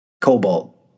Cobalt